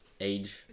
age